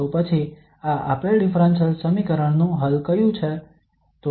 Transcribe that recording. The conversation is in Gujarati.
તો પછી આ આપેલ ડિફરન્સલ સમીકરણ નું હલ કયું છે